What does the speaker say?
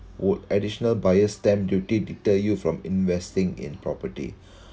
would additional buyer's stamp duty deter you from investing in property